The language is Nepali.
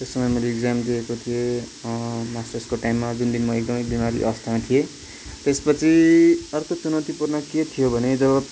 त्यस समय मैले एक्जाम दिएको थिएँ मास्टर्सको टाइम जुन दिन म एकदमै बिमारी अवस्थामा थिएँ त्यसपछि अर्को चुनौतीपू र्ण के थियो भने जब